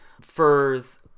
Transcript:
furs